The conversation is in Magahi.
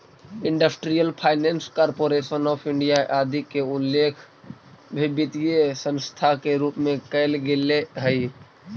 industrial finance corporation of India आदि के उल्लेख भी वित्तीय संस्था के रूप में कैल गेले हइ